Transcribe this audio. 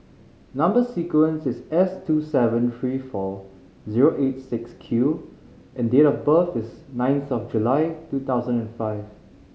number sequence is S two seven three four zero eight six Q and date of birth is ninth July two thousand and five